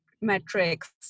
metrics